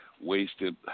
wasted